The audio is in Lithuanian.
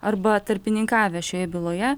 arba tarpininkavę šioje byloje